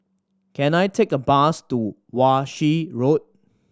can I take a bus to Wan Shih Road